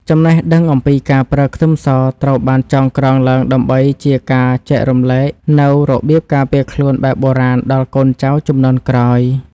ចំណេះដឹងអំពីការប្រើខ្ទឹមសត្រូវបានចងក្រងឡើងដើម្បីជាការចែករំលែកនូវរបៀបការពារខ្លួនបែបបុរាណដល់កូនចៅជំនាន់ក្រោយ។